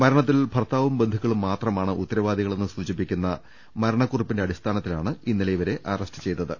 മരണത്തിൽ ഭർത്താവും ബന്ധു ക്കളും മാത്രമാണ് ഉത്തരവാദികളെന്ന് സൂചിപ്പിക്കുന്ന യുവതിയുടെ മരണ ക്കുറിപ്പിന്റെ അടിസ്ഥാനത്തിലാണ് ഇന്നലെ ഇവരെ അറസ്റ്റ് ചെയ്തത്